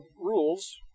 rules